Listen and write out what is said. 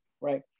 right